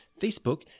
Facebook